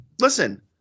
listen